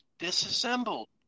disassembled